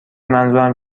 منظورم